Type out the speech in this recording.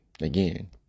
Again